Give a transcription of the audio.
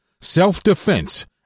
self-defense